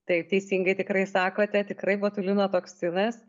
taip teisingai tikrai sakote tikrai botulino toksinas